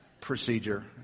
procedure